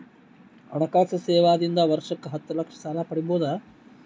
ಹಣಕಾಸು ಸೇವಾ ದಿಂದ ವರ್ಷಕ್ಕ ಹತ್ತ ಲಕ್ಷ ಸಾಲ ಪಡಿಬೋದ?